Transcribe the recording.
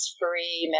free